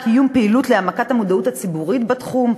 קיום פעילות להעמקת המודעות הציבורית בתחום,